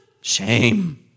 Shame